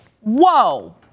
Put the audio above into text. Whoa